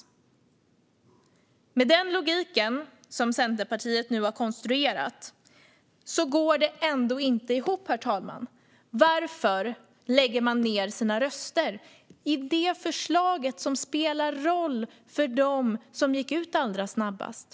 Men med den logik som Centerpartiet nu har konstruerat går det ändå inte ihop, herr talman. Varför lägger man ned sina röster när det gäller det förslag som spelar roll för dem som gick ut allra snabbast?